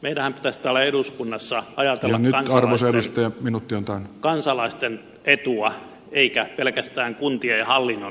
meidänhän pitäisi täällä eduskunnassa ajatella kansalaisten etua eikä pelkästään kuntien ja hallinnon etua